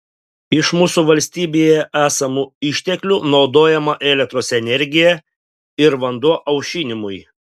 iš mūsų valstybėje esamų išteklių naudojama elektros energija ir vanduo aušinimui